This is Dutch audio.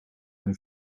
een